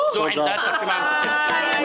זאת עמדת הרשימה המשותפת.